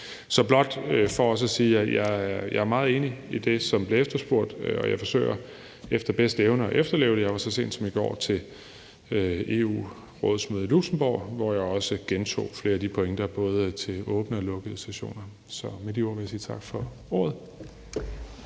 er blot for også at sige, at jeg er meget enig i det, som bliver efterspurgt, og jeg forsøger efter bedste evne at efterleve det. Jeg var så sent som i går til EU-rådsmøde i Luxembourg, hvor jeg også gentog flere af de pointer både til åbne og lukkede sessioner. Så med de ord vil jeg sige tak for ordet.